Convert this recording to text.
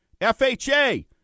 FHA